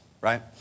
right